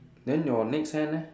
then your next hand eh